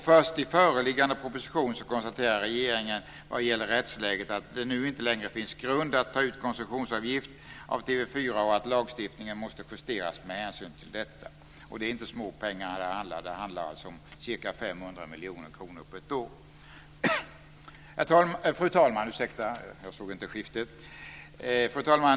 Först i föreliggande proposition konstaterar regeringen, vad gäller rättsläget, att det nu inte längre finns grund för att ta ut koncessionsavgift av TV 4 och att lagstiftningen måste justeras med hänsyn till detta. Och det är inte små pengar som det handlar om - ca 500 miljoner kronor på ett år. Fru talman!